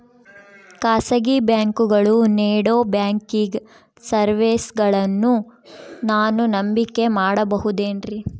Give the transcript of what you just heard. ಖಾಸಗಿ ಬ್ಯಾಂಕುಗಳು ನೇಡೋ ಬ್ಯಾಂಕಿಗ್ ಸರ್ವೇಸಗಳನ್ನು ನಾನು ನಂಬಿಕೆ ಮಾಡಬಹುದೇನ್ರಿ?